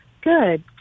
Good